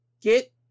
get